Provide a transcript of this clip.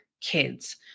kids